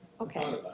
okay